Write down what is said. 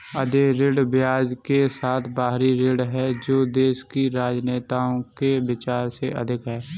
अदेय ऋण ब्याज के साथ बाहरी ऋण है जो देश के राजनेताओं के विचार से अधिक है